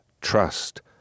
trust